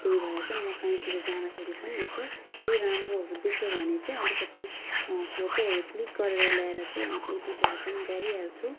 त्यही भएर चाहिँ म कहीँतिर जाँदाखेरि पनि म यसो केही राम्रोहरू देख्यो भने चाहिँ अलिकति फोटोहरू क्लिक् गरेर ल्याएर चाहिँ एडिटहरू पनि गरिहाल्छु